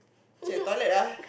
Cher toilet ah